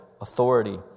authority